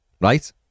right